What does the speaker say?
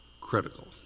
critical